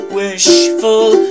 wishful